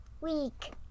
week